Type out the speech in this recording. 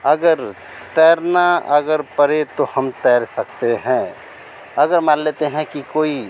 अगर तैरना अगर पड़े तो हम तैर सकते है अगर मान लेते हैं कि कोई